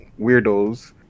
weirdos